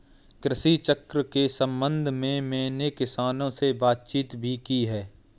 कृषि चक्र के संबंध में मैंने किसानों से बातचीत भी की है